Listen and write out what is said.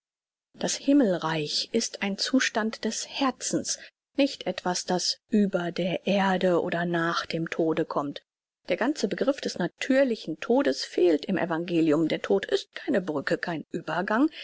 das himmelreich ist ein zustand des herzens nicht etwas das über der erde oder nach dem tode kommt der ganze begriff des natürlichen todes fehlt im evangelium der tod ist keine brücke kein übergang